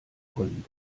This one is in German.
pollen